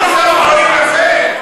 הדבר הזה.